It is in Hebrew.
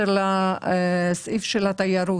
בקשר לסעיף התיירות,